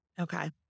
Okay